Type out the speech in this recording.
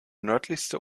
nördlichste